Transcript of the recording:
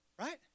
Right